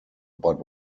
but